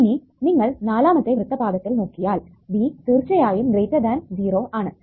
ഇനി നിങ്ങൾ നാലാമത്തെ വൃത്തപാദത്തിൽ നോക്കിയാൽ V തീർച്ചയായും 0 ആണ്